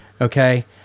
Okay